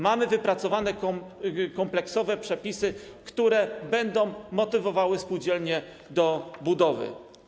Mamy wypracowane kompleksowe przepisy, które będą motywowały spółdzielnie do budowy.